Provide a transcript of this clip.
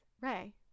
Ray